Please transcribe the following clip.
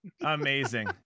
amazing